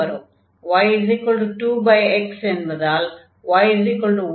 y2x என்பதால் y1 என்று ஆகும்